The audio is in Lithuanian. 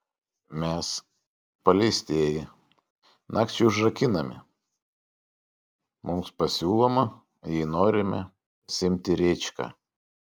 mes paleistieji nakčiai užrakinami mums pasiūloma jei norime pasiimti rėčką